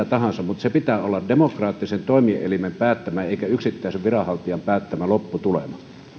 tahansa mutta sen pitää olla demokraattisen toimielimen päättämä eikä yksittäisen viranhaltijan päättämä lopputulema